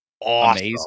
awesome